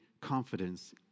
confidence